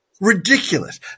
Ridiculous